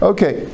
Okay